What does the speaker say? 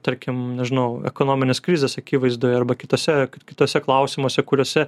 tarkim nežinau ekonominės krizės akivaizdoje arba kitose kituose klausimuose kuriuose